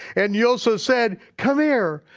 and yoseph said come here,